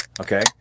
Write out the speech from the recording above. Okay